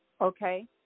Okay